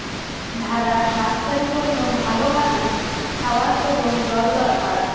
ভেড়ার স্বাস্থ্যের জন্য ভালো ভাবে খাওয়ার এবং জল দরকার